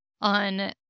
on